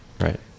right